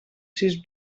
sis